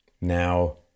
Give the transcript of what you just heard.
Now